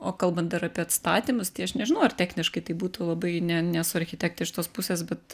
o kalbant ir apie atstatymus tai aš nežinau ar techniškai tai būtų labai ne nesu architekte iš tos pusės bet